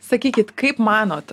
sakykit kaip manot